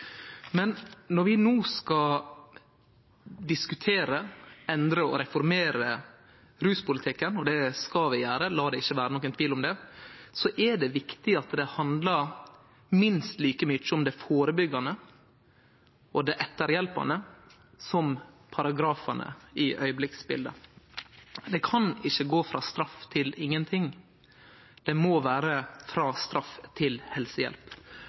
Men når vi no skal diskutere, endre og reformere ruspolitikken – og det skal vi gjere, la det ikkje vere nokon tvil om det – er det viktig at det handlar minst like mykje om det førebyggjande og hjelpa etterpå som paragrafane i augeblikksbildet. Det kan ikkje gå frå straff til ingenting, det må vere frå straff til helsehjelp.